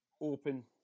open